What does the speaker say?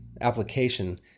application